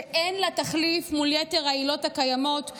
שאין לה תחליף מול יתר העילות הקיימות,